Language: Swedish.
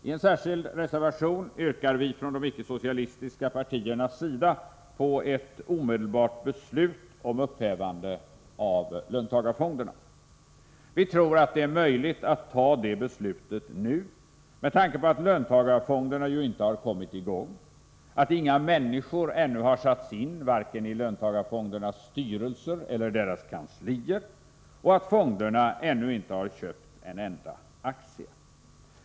I en särskild reservation yrkar vi från de icke-socialistiska partiernas sida på ett omedelbart beslut om upphävande av löntagarfonderna. Vi tror att det är möjligt att ta det beslutet nu med tanke på att löntagarfonderna ju inte har kommit i gång, att inga människor ännu har satts in i vare sig löntagarfondernas styrelser eller deras kanslier och att fonderna ännu inte har köpt en enda aktie.